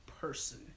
person